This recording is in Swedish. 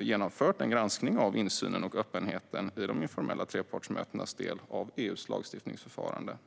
genomfört en granskning av insynen och öppenheten i de informella trepartsmötenas del av EU:s lagstiftningsförfarande.